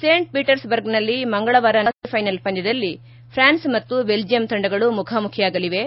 Saint ಪೀಟರ್ಸ್ ಬರ್ಗ್ನಲ್ಲಿ ಮಂಗಳವಾರ ನಡೆಯಲಿರುವ ಸೆಮಿಫೈನಲ್ ಪಂದ್ಯದಲ್ಲಿ ಫ್ರಾನ್ಸ್ ಮತ್ತು ಬೆಲ್ಜಿಯಂ ತಂಡಗಳು ಮುಖಾಮುಖಿಯಾಗಲಿವೆ